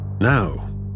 Now